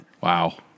Wow